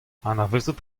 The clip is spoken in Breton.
anavezout